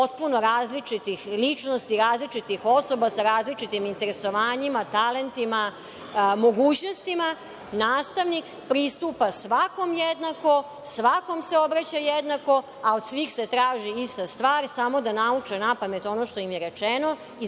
potpuno različitih ličnosti, različitih osoba sa različitim interesovanjima, talentima, mogućnostima. Nastavnik pristupa svakom jednako, svakom se obraća jednako, a od svih se traži ista stvar, samo da nauče napamet ono što im je rečeno i za